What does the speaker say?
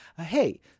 hey